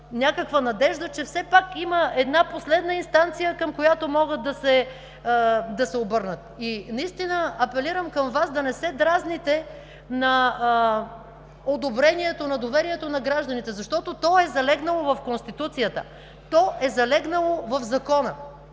някаква надежда, че все пак има една последна инстанция, към която могат да се обърнат. Апелирам към Вас да не се дразните на одобрението, на доверието на гражданите, защото то е залегнало в Конституцията! То е залегнало в Закона!